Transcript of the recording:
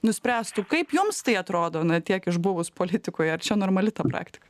nuspręstų kaip jums tai atrodo na tiek išbuvus politikoje ar čia normali ta praktika